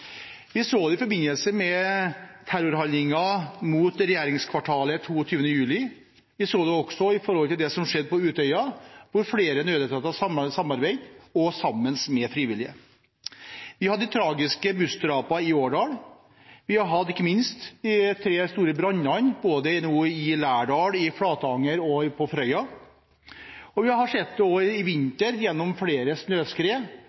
Vi så det i forbindelse med terrorhandlingen mot regjeringskvartalet 22. juli 2011. Vi så det også når det gjaldt det som skjedde på Utøya, hvor flere nødetater samarbeidet, sammen med frivillige. Det var samarbeid i forbindelse med de tragiske bussdrapene i Årdal. Det var ikke minst samarbeid under de tre store brannene – i Lærdal, i Flatanger og på Frøya. Vi har også sett det i vinter ved flere snøskred